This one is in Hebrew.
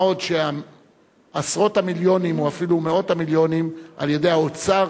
מה עוד שעשרות המיליונים או אפילו מאות המיליונים על-ידי האוצר